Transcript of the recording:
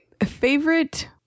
favorite